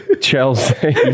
Chelsea